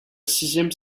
sixième